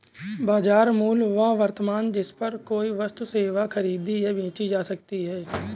बाजार मूल्य वह वर्तमान जिस पर कोई वस्तु सेवा खरीदी या बेची जा सकती है